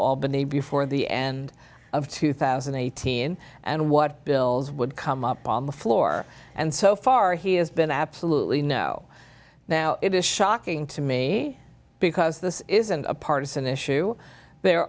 albany before the end of two thousand and eighteen and what bills would come up on the floor and so far he has been absolutely no now it is shocking to me because this isn't a partisan issue there